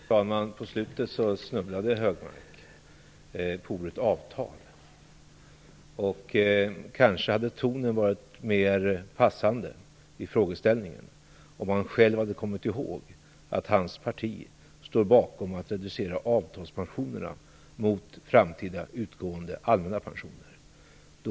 Fru talman! På slutet snubblade Anders G Högmark på ordet avtal. Tonen hade kanske varit mer passade i frågeställningen om han själv hade kommit ihåg att hans parti står bakom att reducera avtalspensionerna mot framtida utgående allmänna pensioner.